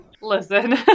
Listen